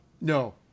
No